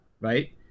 right